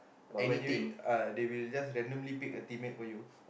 but when you uh they will just randomly pick a team mate for you